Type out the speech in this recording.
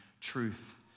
truth